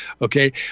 Okay